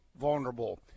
vulnerable